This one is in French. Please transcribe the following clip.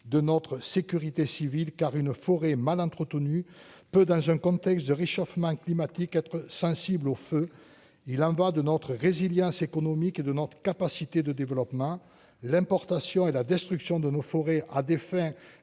de notre sécurité civile car une forêt mal peu dans un contexte de réchauffement climatique, être sensible au feu et l'envoi de notre résilience économique et de notre capacité de développement, l'importation et la destruction de nos forêts, à des fins